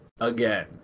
again